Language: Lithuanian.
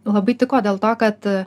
labai tiko dėl to kad